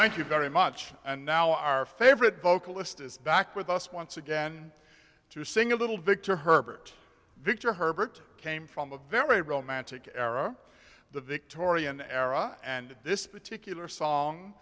any thank you very much and now our favorite vocalist is back with us once again to sing a little victor herbert victor herbert came from a very romantic era the victorian era and this particular song